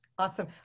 Awesome